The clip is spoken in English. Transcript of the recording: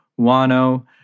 Wano